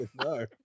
No